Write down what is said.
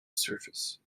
surface